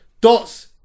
Dot's